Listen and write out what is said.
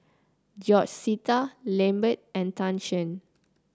George Sita Lambert and Tan Shen